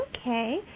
Okay